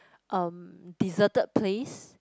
um deserted place